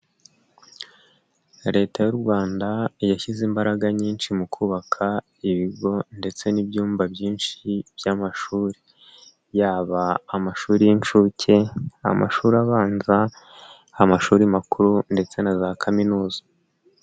Leta y'u Rwanda yashyize imbaraga nyinshi mu kubaka ibigo ndetse n'ibyumba byinshi by'amashuri, yaba amashuri y'inshuke, amashuri abanza, amashuri makuru ndetse na za kaminuza.